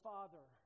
Father